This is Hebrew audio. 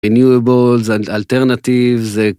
איניבול אלטרנטיב.